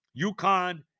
UConn